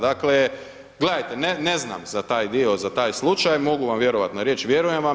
Dakle, gledajte, ne znam za taj dio za taj slučaj, mogu vam vjerovat na riječ i vjerujem vam.